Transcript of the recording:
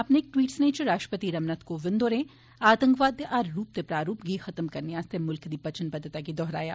अपने इक ट्वीट सनेह च राष्ट्रपति कोविंद होरें आतंकवाद दे हर रुप ते प्रारुप गी खत्म करने आस्तै मुल्ख दी वचनबद्वता गी दोहराया